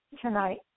tonight